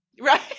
Right